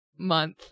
month